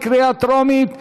בקריאה טרומית.